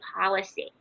Policy